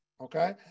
okay